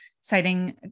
citing